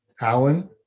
Alan